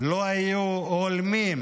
לא היו הולמים